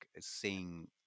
seeing